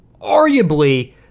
arguably